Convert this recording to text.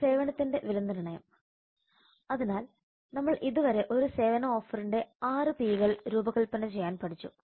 സേവനത്തിന്റെ വിലനിർണ്ണയം അതിനാൽ നമ്മൾ ഇതുവരെ ഒരു സേവന ഓഫറിന്റെ 6 പി കൾ P's രൂപകൽപ്പന ചെയ്യാൻ പഠിച്ചു